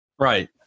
Right